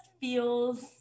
feels